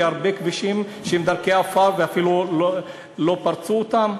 כי הרבה כבישים הם דרכי עפר ואפילו לא פרצו אותם.